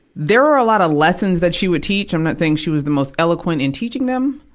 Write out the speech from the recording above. there were a lot of lessons that she would teach. i'm not saying she was the most eloquent in teaching them.